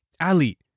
Ali